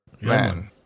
man